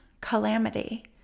calamity